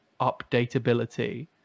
updatability